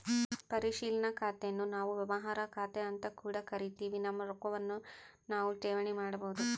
ಪರಿಶೀಲನಾ ಖಾತೆನ್ನು ನಾವು ವ್ಯವಹಾರ ಖಾತೆಅಂತ ಕೂಡ ಕರಿತಿವಿ, ನಮ್ಮ ರೊಕ್ವನ್ನು ನಾವು ಠೇವಣಿ ಮಾಡಬೋದು